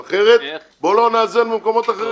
אחרת, בוא לא נאזן במקומות אחרים.